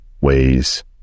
ways